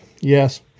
yes